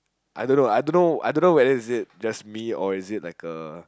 I don't know I don't know whether it's just me or is it like a